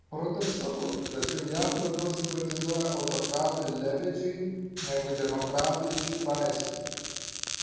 paradoksalu tačiau jav labiau simpatizuojama autokratui lebedžiui negu demokratui čiubaisui